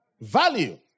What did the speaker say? Value